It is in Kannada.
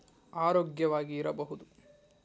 ಆರೋಗ್ಯವಾಗಿ ಇರಬಹುದು